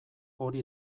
hori